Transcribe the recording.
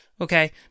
Okay